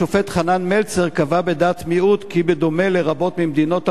השופט חנן מלצר קבע בדעת מיעוט כי בדומה לרבות ממדינות המערב,